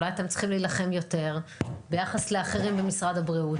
אולי אתם צריכים להילחם יותר ביחס לאחרים במשרד הבריאות,